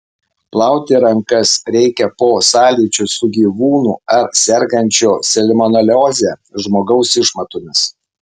plauti rankas reikia po sąlyčio su gyvūnų ar sergančio salmonelioze žmogaus išmatomis